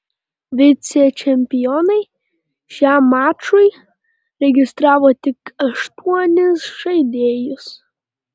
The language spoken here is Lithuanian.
vicečempionai šiam mačui registravo tik aštuonis žaidėjus